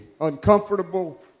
uncomfortable